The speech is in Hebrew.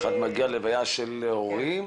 אחד מגיע להלוויה של הורים,